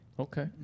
Okay